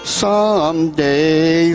someday